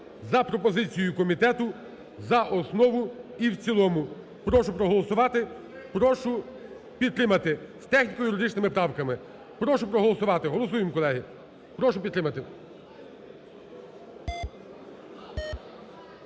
за пропозицією комітету за основу і в цілому. Прошу проголосувати, прошу підтримати з техніко-юридичними правками. Прошу проголосувати. Голосуємо, колеги. Прошу підтримати.